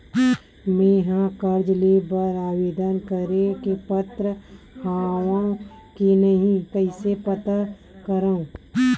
मेंहा कर्जा ले बर आवेदन करे के पात्र हव की नहीं कइसे पता करव?